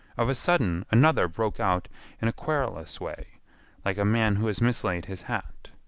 of a sudden another broke out in a querulous way like a man who has mislaid his hat.